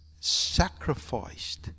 sacrificed